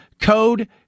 code